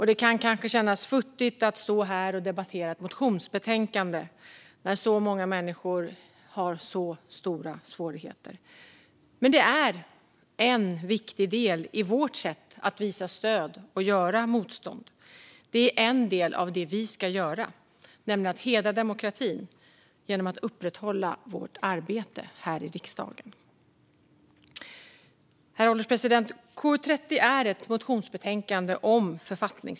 Det kan kanske kännas futtigt att stå här och debattera ett motionsbetänkande när så många människor har så stora svårigheter, men det är en viktig del i vårt sätt att visa stöd och göra motstånd. Det är en del av det vi ska göra, nämligen att hedra demokratin genom att upprätthålla vårt arbete här i riksdagen. Herr ålderspresident!